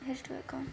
history economics